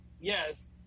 yes